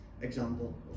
example